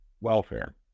welfare